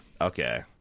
okay